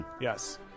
Yes